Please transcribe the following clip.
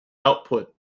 output